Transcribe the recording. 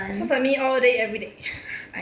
so study all day every day